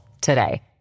today